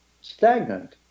stagnant